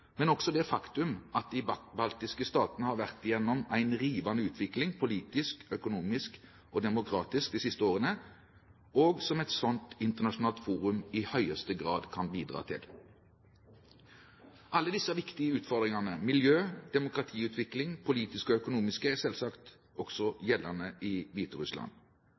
men det er også et faktum at de baltiske statene har vært igjennom en rivende utvikling politisk, økonomisk og demokratisk de siste årene, som et sånt internasjonalt forum i høyeste grad kan bidra til. Alle disse viktige utfordringene – miljø, demokratiutvikling, politiske og økonomiske utfordringer – er selvsagt også gjeldende i Hviterussland.